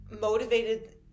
motivated